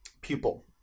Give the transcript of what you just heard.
pupil